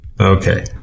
Okay